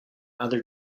other